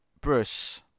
Bruce